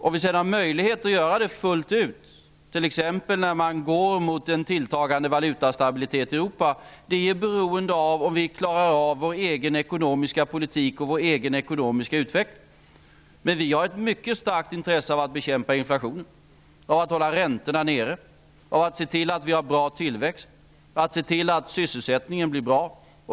Om vi sedan har möjlighet att göra det fullt ut, t.ex. när man går mot en tilltagande valutastabilitet i Europa, är beroende av att vi klarar av vår egen ekonomiska politik och vår egen ekonomiska utveckling. Men vi har ett mycket starkt intresse av att bekämpa inflationen, hålla räntorna nere, se till att tillväxten blir bra och att sysselsättningen blir bra.